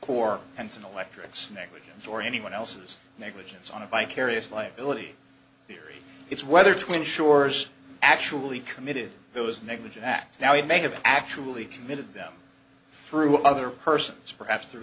electrics negligence or anyone else's negligence on a vicarious liability theory it's whether twin shores actually committed those negligent acts now it may have actually committed them through other persons perhaps th